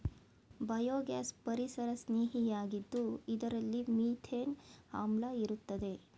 biogas ಪರಿಸರಸ್ನೇಹಿಯಾಗಿದ್ದು ಇದರಲ್ಲಿ methane ಆಮ್ಲ ಇರುತ್ತದೆ